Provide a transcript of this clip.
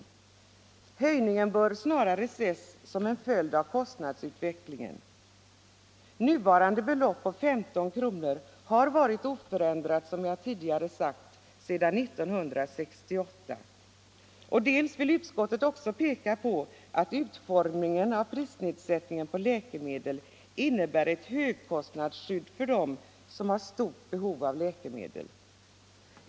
Höjningen bör snarare ses som en följd av kostnadsutvecklingen. Nuvarande belopp på 15 kr. har, som jag tidigare sade, varit oförändrat sedan 1968. Vidare vill utskottet peka på att utformningen av prisnedsättningen på läkemedel innebär ett högkostnadsskydd för dem som har stort behov av läkemedel.